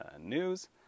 news